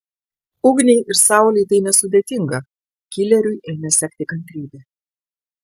ugniai ir saulei tai nesudėtinga kileriui ėmė sekti kantrybė